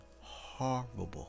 Horrible